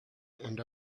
and